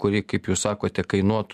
kuri kaip jūs sakote kainuot